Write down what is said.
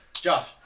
Josh